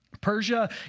Persia